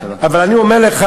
אבל אני אומר לך: